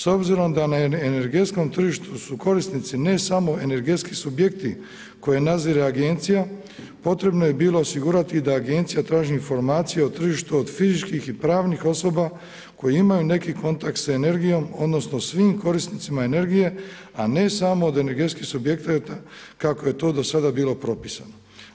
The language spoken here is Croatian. S obzirom da na energetskom tržištu su korisnici ne samo energetski subjekti koje nadzire agencija potrebno je bilo osigurati da agencija traži informacije o tržištu od fizičkih i pravnih osoba koji imaju neki kontakt s energijom odnosno svim korisnicima energije, a ne samo od energetskih subjekata kako je to do sada bilo propisano.